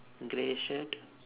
grey shirt